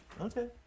Okay